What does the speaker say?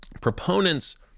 proponents